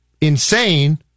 insane